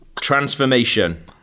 Transformation